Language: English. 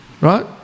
Right